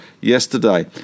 yesterday